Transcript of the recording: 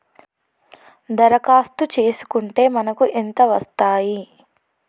దరఖాస్తు చేస్కుంటే మనకి ఎంత వస్తాయి?